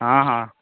ହଁ ହଁ